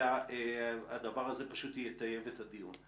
אלא הדבר הזה פשוט יטייב את הדיון.